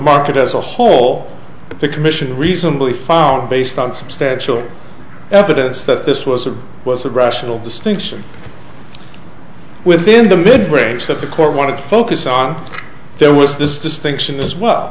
market as a whole but the commission reasonably found based on substantial evidence that this was a was a rational distinction within the mid range that the court want to focus on there was this distinction as well